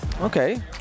Okay